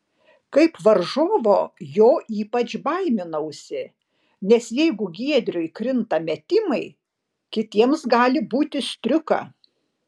kaip varžovo jo ypač baiminausi nes jeigu giedriui krinta metimai kitiems gali būti striuka